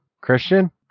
Christian